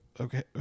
okay